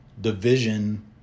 division